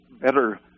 better